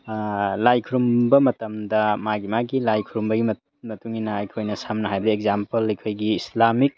ꯂꯥꯏꯈꯨꯔꯨꯝꯕ ꯃꯇꯝꯗ ꯃꯥꯒꯤ ꯃꯥꯒꯤ ꯂꯥꯏ ꯈꯨꯔꯨꯝꯕꯒꯤ ꯃꯇꯨꯡꯏꯟꯅ ꯑꯩꯈꯣꯏꯅ ꯁꯝꯅ ꯍꯥꯏꯔꯕꯗ ꯑꯦꯛꯖꯥꯝꯄꯜ ꯑꯩꯈꯣꯏꯒꯤ ꯏꯁꯂꯥꯃꯤꯛ